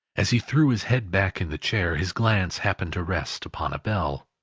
as he threw his head back in the chair, his glance happened to rest upon a bell,